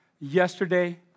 yesterday